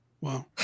Wow